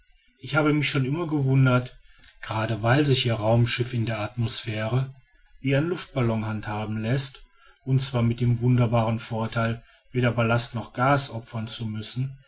ich habe mich schon immer gewundert gerade weil sich ihr raumschiff in der atmosphäre wie ein luftballon handhaben läßt und zwar mit dem wunderbaren vorteil weder ballast noch gas opfern zu müssen